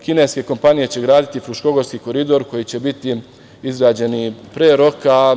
Kineske kompanije će graditi Fruškogorski koridor koji će biti izrađeni pre roka.